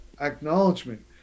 acknowledgement